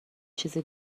چیزی